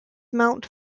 mount